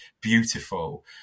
beautiful